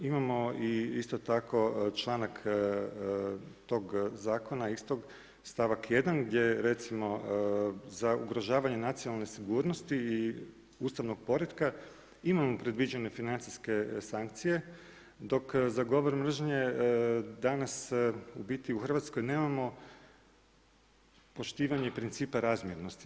Imamo i isto tako članak tog zakona istog stavak 1. gdje recimo za ugrožavanje nacionalne sigurnosti i ustavnog poretka imamo predviđene financijske sankcije, dok za govor mržnje danas u biti u Hrvatskoj nemamo poštivanje principa razmjernosti.